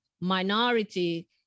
minority